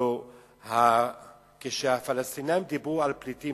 הלוא כשהפלסטינים דיברו על פליטים,